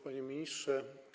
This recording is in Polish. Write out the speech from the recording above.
Panie Ministrze!